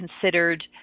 considered